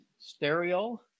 stereo